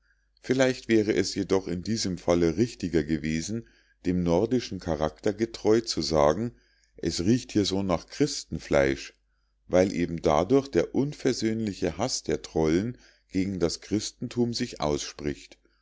vielleicht wäre es jedoch in diesem falle richtiger gewesen dem nordischen charakter getreu zu sagen es riecht hier so nach christenfleisch weil eben dadurch der unversöhnliche haß der trollen gegen das christenthum sich ausspricht